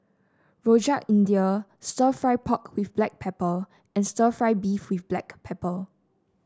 Rojak India stir fry pork with Black Pepper and stir fry beef with Black Pepper